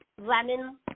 lemon